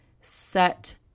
set